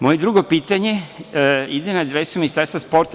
Moje druge pitanje ide na adresu Ministarstva sporta.